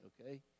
okay